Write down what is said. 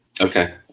Okay